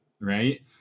Right